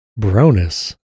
Bronus